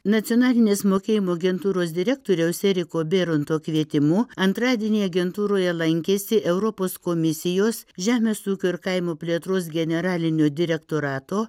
nacionalinės mokėjimo agentūros direktoriaus eriko bėronto kvietimu antradienį agentūroje lankėsi europos komisijos žemės ūkio ir kaimo plėtros generalinio direktorato